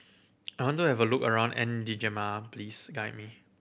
I want to have a look around N'Djamena please guide me